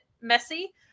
messy